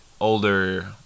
older